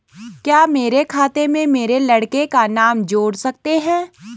क्या मेरे खाते में मेरे लड़के का नाम जोड़ सकते हैं?